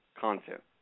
content